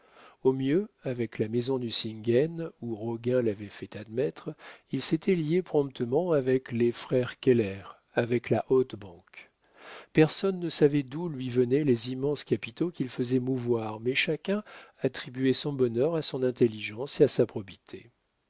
au mieux avec la maison nucingen où roguin l'avait fait admettre il s'était lié promptement avec les frères keller avec la haute banque personne ne savait d'où lui venaient les immenses capitaux qu'il faisait mouvoir mais chacun attribuait son bonheur à son intelligence et à sa probité